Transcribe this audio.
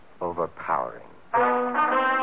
overpowering